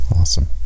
Awesome